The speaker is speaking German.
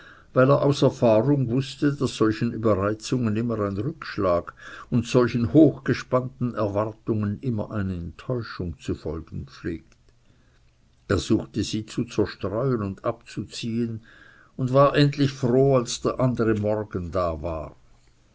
weil er aus erfahrung wußte daß solchen überreizungen immer ein rückschlag und solchen hochgespannten erwartungen immer eine enttäuschung zu folgen pflegt er suchte sie zu zerstreuen und abzuziehen und war endlich froh als der andere morgen da war